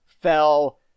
fell